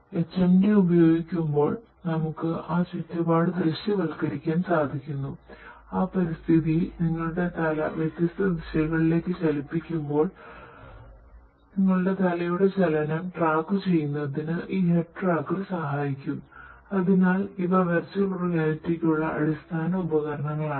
HMD അടിസ്ഥാന ഉപകരണങ്ങളാണ്